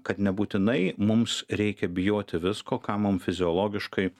kad nebūtinai mums reikia bijoti visko ką mums fiziologiškai